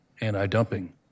anti-dumping